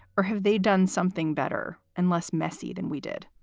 or have they done something better and less messy than we did?